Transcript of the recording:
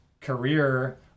career